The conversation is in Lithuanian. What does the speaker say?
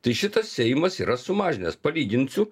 tai šitas seimas yra sumažinęs palyginsiu